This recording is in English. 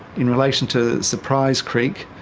in relation to surprise creek,